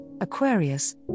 Aquarius